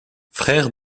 frère